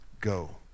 Go